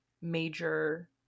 major